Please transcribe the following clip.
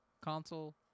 console